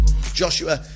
Joshua